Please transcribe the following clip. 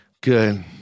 Good